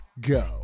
Go